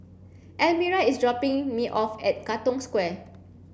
Elmira is dropping me off at Katong Square